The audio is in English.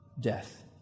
Death